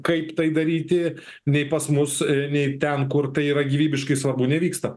kaip tai daryti nei pas mus nei ten kur tai yra gyvybiškai svarbu nevyksta